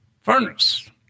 furnace